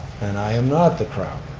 and i am not the crown.